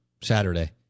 Saturday